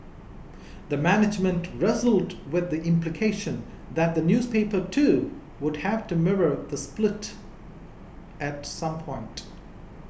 the management wrestled with the implication that the newspaper too would have to mirror the split at some point